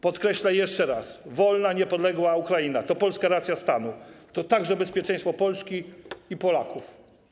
Podkreślę jeszcze raz: wolna, niepodległa Ukraina to polska racja stanu, to także bezpieczeństwo Polski i Polaków.